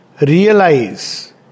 realize